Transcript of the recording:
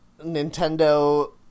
Nintendo